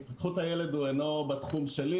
תודה.